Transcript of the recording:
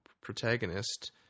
protagonist